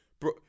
bro